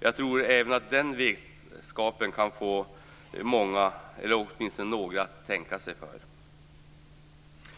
Jag tror att även den vetskapen kan få några att tänka sig för.